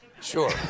Sure